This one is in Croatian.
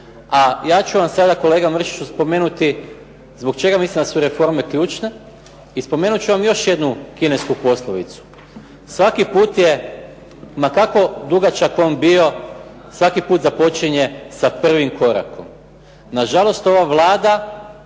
A ja ću vam sada kolega Mršiću spomenuti, zbog čega mislim da su reforme ključne i spomenut ću vam još jednu kinesku poslovicu, svaki put je ma kako dugačak on bio, svaki put započinje sa prvim korakom. Na žalost ova Vlada